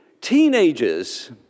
teenagers